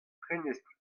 prenestr